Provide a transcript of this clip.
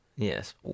Yes